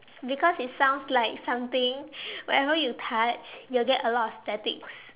because it sounds like something whenever you touch you'll get a lot of static